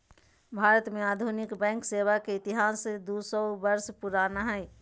भारत में आधुनिक बैंक सेवा के इतिहास दू सौ वर्ष पुराना हइ